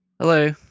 Hello